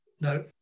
no